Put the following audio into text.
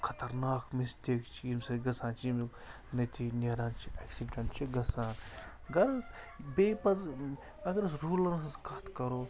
خَطرناک مِسٹیک چھِ ییٚمہِ سۭتۍ گژھان چھِ ییٚمیُک نٔتیٖجہِ نیران چھِ اٮ۪کسِڈٮ۪نٛٹ چھِ گژھان غرض بیٚیہِ پَزٕ اگر أسۍ روٗلَن ہٕنٛز کَتھ کَرو